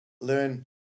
learn